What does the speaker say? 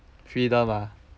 freedom ah